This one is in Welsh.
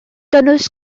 gynnwys